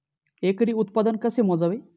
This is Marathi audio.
एकरी उत्पादन कसे मोजावे?